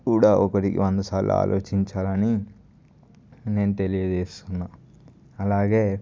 కూడా ఒకటికి వందసార్లు ఆలోచించాలని నేను తెలియజేస్తున్నాను అలాగే